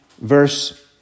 verse